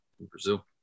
Brazil